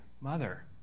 mother